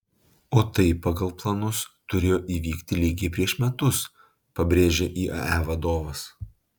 o tai pagal planus turėjo įvykti lygiai prieš metus pabrėžė iae vadovas